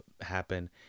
happen